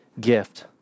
gift